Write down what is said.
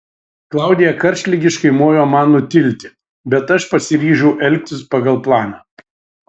klaudija karštligiškai mojo man nutilti bet aš pasiryžau elgtis pagal planą